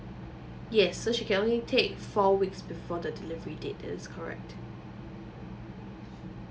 yes so she can only take four weeks before the delivery date that is correct